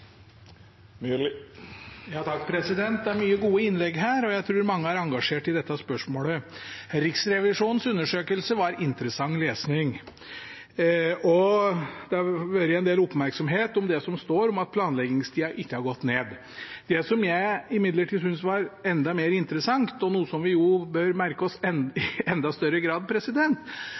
Det er mange gode innlegg her. Jeg tror mange er engasjert i dette spørsmålet. Riksrevisjonens undersøkelse var interessant lesning. Det har vært en del oppmerksomhet om det som står, at planleggingstida ikke har gått ned. Det som jeg imidlertid syntes var enda mer interessant, og noe som vi bør merke oss i enda større grad,